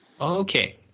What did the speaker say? Okay